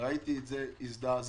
ראיתי את זה והזדעזעתי.